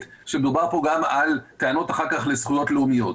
שמדובר פה גם על טענות לזכויות לאומיות.